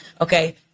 Okay